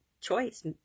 choice